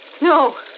No